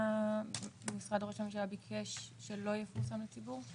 מה משרד ראש הממשלה ביקש שלא יפורסם לציבור?